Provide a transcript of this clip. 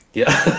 yeah.